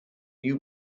new